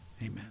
Amen